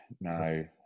no